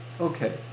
Okay